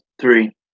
Three